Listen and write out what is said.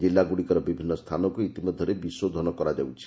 କିଲ୍ଲଗୁଡ଼ିକର ବିଭିନ୍ନ ସ୍ଥାନକୁ ଇତିମଧ୍ଧରେ ବିଶୋଧନ କରାଯିବ